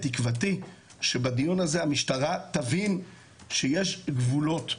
תקוותי שבדיון הזה המשטרה תבין שיש גבולות.